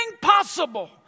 possible